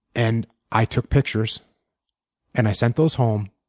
and i took pictures and i sent those home,